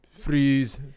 Freeze